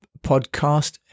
podcast